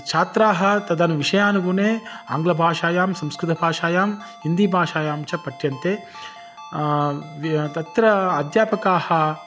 छात्राः तदनु विषयानुगुणे आङ्ग्लभाषायां संस्कृतभाषायां हिन्दीभाषायां च पठ्यन्ते वि तत्र अध्यापकाः